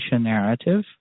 narrative